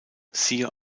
siehe